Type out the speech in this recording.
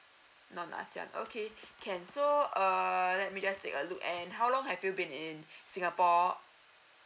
non asean okay can so err let me just take a look and how long have you been in singapore